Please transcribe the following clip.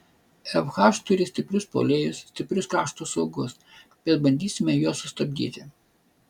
fh turi stiprius puolėjus stiprius krašto saugus bet bandysime juos sustabdyti